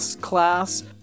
class